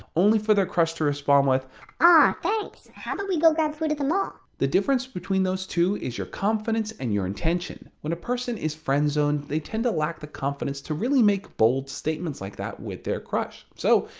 only for their crush to respond with aww thanks, how about we go grab food at the mall. the difference between those two is your confidence and your intention. when a person is friend-zoned, they tend to lack the confidence to really make bold statements like that with their crush so,